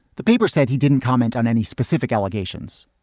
the paper said he didn't comment on any specific allegations.